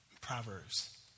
Proverbs